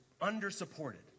under-supported